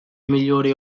migliori